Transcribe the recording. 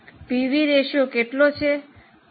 તેથી PV ratio કેટલો છે